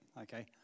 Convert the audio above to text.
okay